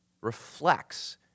reflects